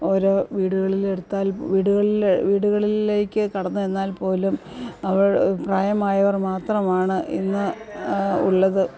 ഓരോ വീടുകളിൽ എടുത്താൽ വീടുകളിൽ വീടുകളിലേക്കു കടന്നു ചെന്നാൽ പോലും അവിടെ പ്രായമായവർ മാത്രമാണ് ഇന്ന് ഉള്ളത്